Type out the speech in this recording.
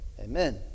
Amen